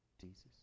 Jesus